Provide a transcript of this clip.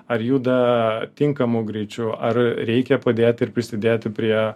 ar juda tinkamu greičiu ar reikia padėti ir prisidėti prie